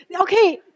Okay